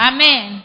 Amen